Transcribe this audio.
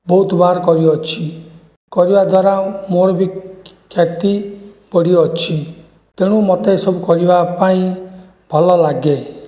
ବହୁତ ବାର କରିଅଛି କରିବା ଦ୍ୱାରା ମୋର ବି କ୍ଷତି ପଡ଼ିଅଛି ତେଣୁ ମୋତେ ଏସବୁ କରିବାପାଇଁ ଭଲଲାଗେ